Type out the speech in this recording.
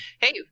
Hey